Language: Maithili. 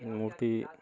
मूर्ति